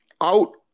Out